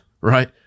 Right